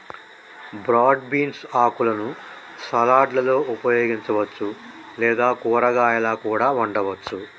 broad beans ఆకులను సలాడ్లలో ఉపయోగించవచ్చు లేదా కూరగాయాలా కూడా వండవచ్చు